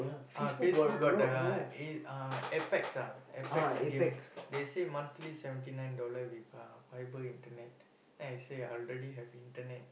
ah Facebook got the A uh Apex ah Apex game they say monthly seventy nine dollar with uh fibre internet then I say I already have internet